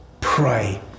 pray